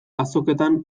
azoketan